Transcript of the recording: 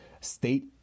state